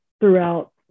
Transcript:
throughout